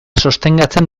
sostengatzen